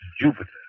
Jupiter